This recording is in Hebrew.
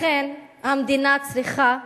לכן המדינה צריכה,